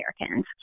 Americans